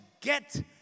get